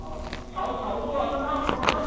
হয় হয় অঁ চাউল চাউলতো আছে নহয় আপোনালোকৰ